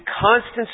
constant